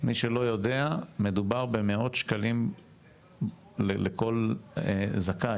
מי שלא יודע מדובר במאות שקלים לכל זכאי,